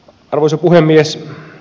arvoisa puhemies